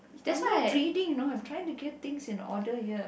I'm not reading you know I'm trying to get things in order here